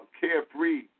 carefree